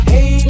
Hey